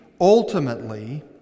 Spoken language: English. ultimately